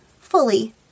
fully